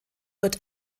wird